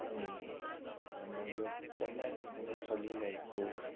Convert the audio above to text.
अनि हाम्रो यो पहिलादेखिको नै चलिरहेको